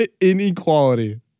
inequality